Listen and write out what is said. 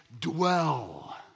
dwell